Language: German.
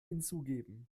hinzugeben